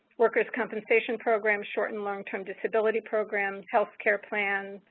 workers compensation program, short and long-term disability programs, healthcare plans,